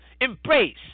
embrace